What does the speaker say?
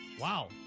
Wow